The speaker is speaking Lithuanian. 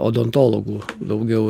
odontologų daugiau